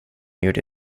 gjorde